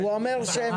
בערבית ובאנגלית,